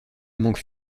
manque